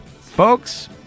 Folks